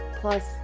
plus